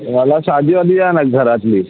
मला साधीवाली द्या ना घरातली